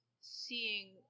seeing